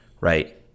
right